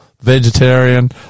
vegetarian